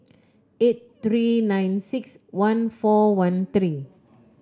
eight three nine six one four one three